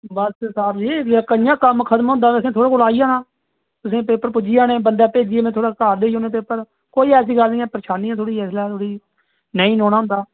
बस साह्ब जी जियां कम्म खत्म होंदा इयां गै थोहाडे़ कोल आई जाना तुसें गी पेपर पुज्जी जाने बंदा भेजइयै तुंदे घार पुज्जी जाने पेपर कोई ऐसी गल्ल नेईं ऐ परेशानी ऐ थोह्डी़ इसलै थोह्ड़ी जेही नेईं औन होंदा